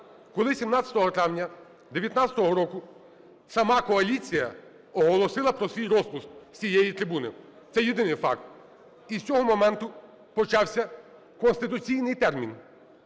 коли 17 травня 19-го року сама коаліція оголосила про свій розпуск з цієї трибуни, це єдиний факт, і з цього моменту почався конституційний термін